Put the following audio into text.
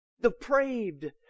Depraved